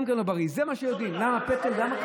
זה מה שיודעים, למה פטל, למה?